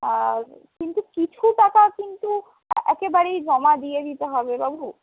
আর কিন্তু কিছু টাকা কিন্তু একেবারেই জমা দিয়ে দিতে হবে বাবু